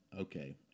okay